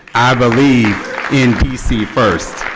i believe in dc first.